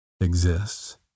exists